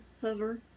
hover